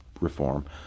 reform